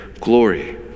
glory